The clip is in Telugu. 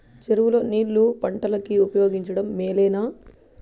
చెరువు లో నీళ్లు పంటలకు ఉపయోగించడం మేలేనా?